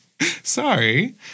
Sorry